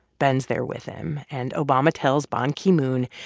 ben's there with him. and obama tells ban ki-moon,